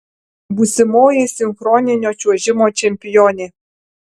būsimoji sinchroninio čiuožimo čempionė